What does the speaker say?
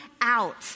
out